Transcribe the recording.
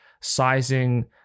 sizing